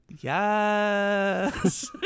Yes